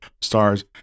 stars